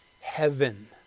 heaven